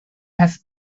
has